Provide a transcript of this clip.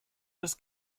das